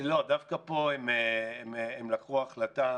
לא, דווקא פה הם לקחו החלטה.